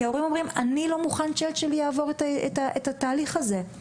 כי ההורים אומרים: אני לא מוכן שהילד שלי יעבור את התהליך הזה.